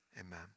amen